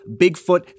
Bigfoot